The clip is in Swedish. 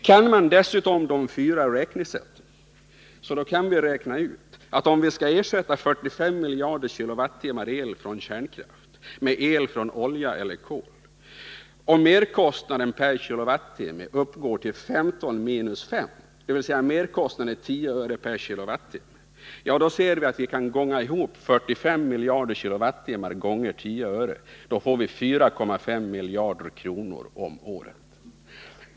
Kan man dessutom de fyra räknesätten så kan man räkna ut, att om vi skall ersätta 45 miljarder kWh el från kärnkraft med el från olja eller kol och merkostnaden per kikowattimme uppgår till 15 minus 5, dvs. 10 öre/kWh — vi multiplicerar 45 miljarder k Wh med 10 öre — så får vi en merkostnad på 4,5 miljarder kronor om året, i runt tal 5 miljarder.